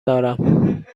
دارم